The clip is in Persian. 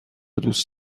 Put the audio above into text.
دوست